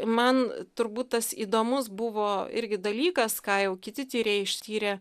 man turbūt tas įdomus buvo irgi dalykas ką jau kiti tyrėjai ištyrė